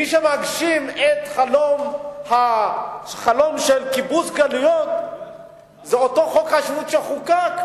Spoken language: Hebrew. מי שמגשים את החלום של קיבוץ גלויות זה אותו חוק השבות שחוקק,